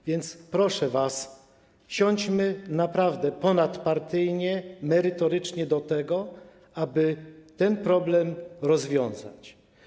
A więc proszę was, siądźmy naprawdę ponadpartyjnie, merytorycznie do tego, aby ten problem rozwiązać.